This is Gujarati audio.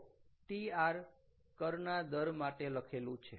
તો TR કરના દર માટે લખેલું છે